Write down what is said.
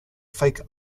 fake